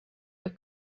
the